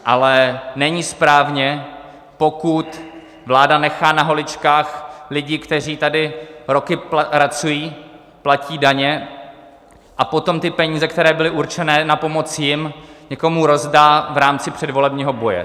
Ale není správně, pokud vláda nechá na holičkách lidi, kteří tady roky pracují, platí daně, a potom ty peníze, které byly určené na pomoc jim, někomu rozdá v rámci předvolebního boje.